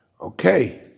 Okay